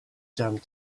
jump